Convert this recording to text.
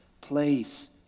place